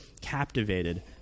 captivated